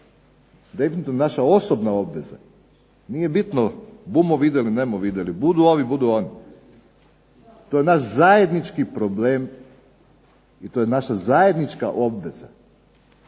naša osobna obveza. Nije bitno bumo videli, ne bumo videli, budu ovi budu oni. To je naš zajednički problem i i to je naša zajednička obveze.